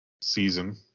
season